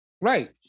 Right